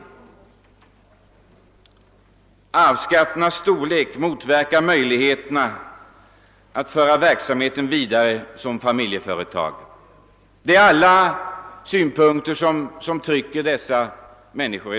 En höjning av arvsskatten motverkar möjligheterna att fortsätta verksamheten i familjeföretagets form. Alla dessa farhågor trycker i dag dessa människor.